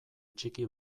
txiki